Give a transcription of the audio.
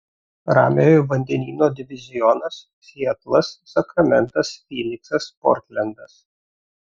ramiojo vandenyno divizionas sietlas sakramentas fyniksas portlendas